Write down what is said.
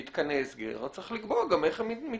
ומתקני הסגר, אז צריך לקבוע גם איך הם מתנהלים.